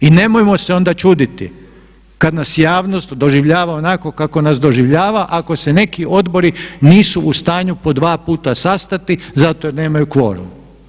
I nemojmo se onda čuditi kad nas javnost doživljava onako kako nas doživljava ako se neki odbori nisu u stanju po dva puta sastati zato jer nemaju kvorum.